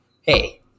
hey